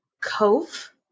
Cove